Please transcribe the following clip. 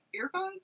earphones